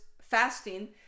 fasting